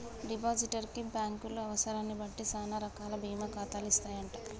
depositor కి బ్యాంకులు అవసరాన్ని బట్టి సానా రకాల బీమా ఖాతాలు ఇస్తాయంట